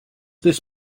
this